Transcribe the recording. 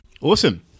Awesome